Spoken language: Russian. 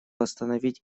остановить